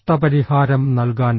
നഷ്ടപരിഹാരം നൽകാൻ